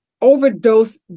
overdose